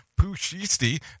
Pushisti